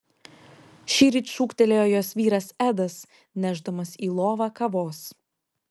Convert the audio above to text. šįryt šūktelėjo jos vyras edas nešdamas į lovą kavos